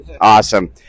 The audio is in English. Awesome